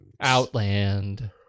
Outland